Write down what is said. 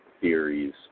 theories